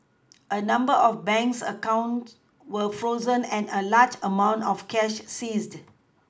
a number of banks accounts were frozen and a large amount of cash seized